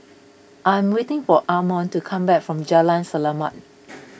I am waiting for Armond to come back from Jalan Selamat